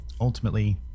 ultimately